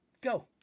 Go